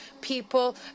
people